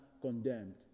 condemned